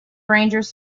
rangers